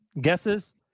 guesses